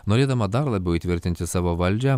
norėdama dar labiau įtvirtinti savo valdžią